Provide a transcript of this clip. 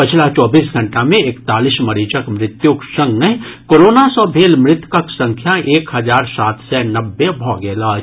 पछिला चौबीस घंटा मे एकतालीस मरीजक मृत्युक संगहि कोरोना सँ भेल मृतकक संख्या एक हजार सात सय नब्बे भऽ गेल अछि